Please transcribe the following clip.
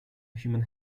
human